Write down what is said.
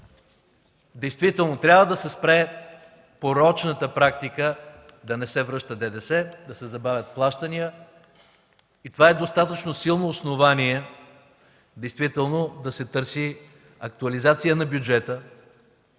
Действително трябва да се спре порочната практика да не се връща ДДС, да се забавят плащания. Това е достатъчно силно основание действително да се търси актуализация на бюджета